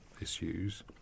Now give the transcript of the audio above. issues